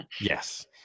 Yes